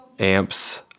amps